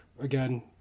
Again